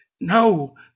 no